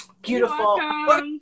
Beautiful